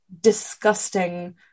disgusting